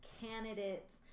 candidates